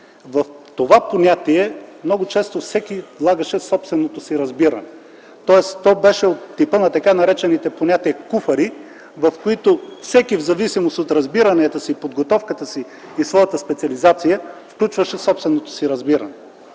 в това понятие много често всеки влагаше собственото си разбиране. Тоест то беше от типа на така наречените понятия „куфари”, в които всеки в зависимост от разбиранията си, подготовката си и своята специализация включваше собственото си разбиране.